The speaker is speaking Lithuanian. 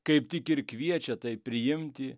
kaip tik ir kviečia tai priimti